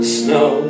snow